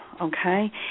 okay